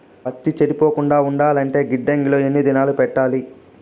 పత్తి చెడిపోకుండా ఉండాలంటే గిడ్డంగి లో ఎన్ని దినాలు పెట్టాలి?